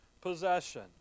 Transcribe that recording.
possession